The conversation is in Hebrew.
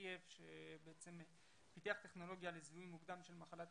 קרייב שפיתח טכנולוגיה לזיהוי מוקדם של מחלת